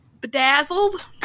bedazzled